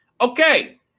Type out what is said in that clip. Okay